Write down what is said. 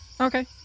Okay